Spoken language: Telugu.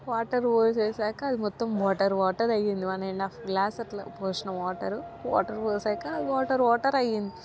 వాటర్ పోసేశాక అది మొత్తం వాటర్ వాటరయ్యింది వన్ అండ్ హాఫ్ గ్లాస్ అట్లా పోసినా వాటరు వాటర్ పోసాక వాటర్ వాటర్ అయ్యింది